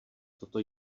toto